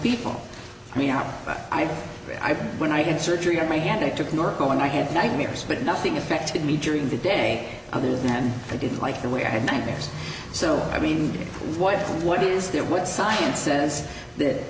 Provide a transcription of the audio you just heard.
people i mean are i when i had surgery on my hand it took norco and i had nightmares but nothing affected me during the day other than i didn't like the way i had nightmares so i mean what what is that what science says that